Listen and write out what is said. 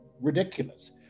ridiculous